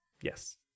Yes